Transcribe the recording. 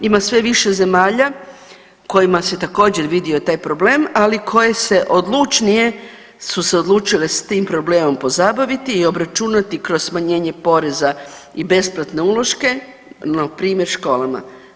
Ima sve više zemalja u kojima se također vidio taj problem, ali koje se odlučnije su se odlučile s tim problemom pozabaviti i obračunati kroz smanjenje porezna i besplatne uloške imamo primjer, školama.